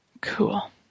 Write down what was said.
Cool